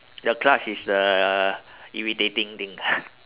the clutch is the irritating thing lah